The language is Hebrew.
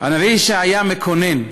הנביא ישעיה מקונן: